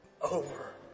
over